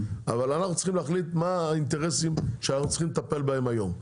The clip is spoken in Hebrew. אבל אנחנו צריכים להחליט מה האינטרסים שאנחנו צריכים לטפל בהם היום.